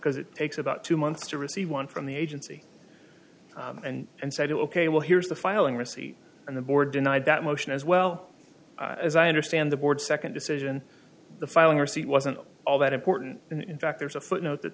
because it takes about two months to receive one from the agency and and said ok we'll here's the filing receipt and the board denied that motion as well as i understand the board second decision the filing receipt wasn't all that important and in fact there's a footnote that